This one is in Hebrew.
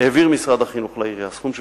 העביר משרד החינוך לעירייה סכום של